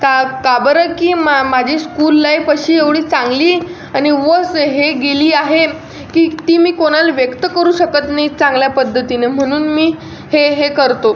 का का बरं की मा माझी स्कूल लाईफ अशी एवढी चांगली आणि वस हे गेली आहे की ती मी कोणाला व्यक्त करू शकत नाही चांगल्या पद्धतीने म्हणून मी हे हे करतो